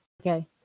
Okay